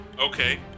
Okay